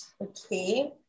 Okay